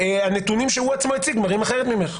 הנתונים שהוא עצמו הציג מראים אחרת ממך.